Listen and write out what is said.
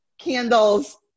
candles